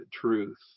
truth